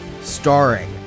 starring